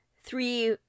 three